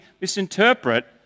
misinterpret